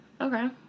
Okay